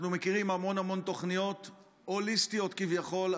אנחנו מכירים המון המון תוכניות הוליסטיות כביכול,